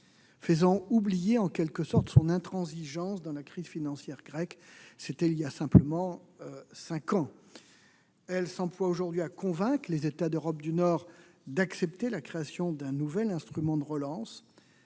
faisant oublier son intransigeance dans la crise financière grecque- c'était il y a seulement cinq ans. Aujourd'hui, elle s'emploie à convaincre les États d'Europe du Nord d'accepter la création d'un nouvel instrument de relance.